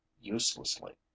uselessly